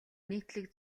нийтлэг